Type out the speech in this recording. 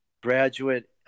Graduate